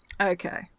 Okay